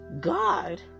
God